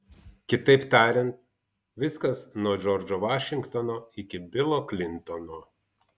kitaip tariant viskas nuo džordžo vašingtono iki bilo klintono